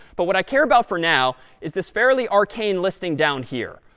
but what i care about for now is this fairly arcane listing down here.